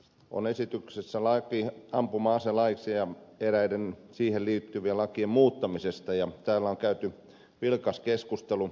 käsittelyssä on esitys ampuma aselaiksi ja eräiden siihen liittyvien lakien muuttamisesta ja täällä on käyty vilkas keskustelu